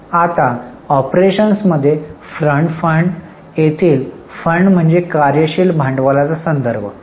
आता ऑपरेशन्स मधील front fund येथील फंड म्हणजे कार्यशील भांडवलाचा संदर्भ